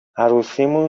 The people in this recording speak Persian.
عروسیمون